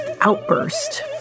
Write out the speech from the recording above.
outburst